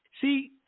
See